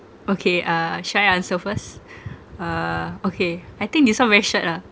okay uh shall I answer first uh okay I think this one very short lah